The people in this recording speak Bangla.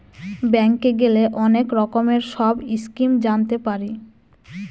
ব্যাঙ্কে গেলে অনেক রকমের সব স্কিম জানতে পারি